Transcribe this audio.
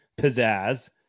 pizzazz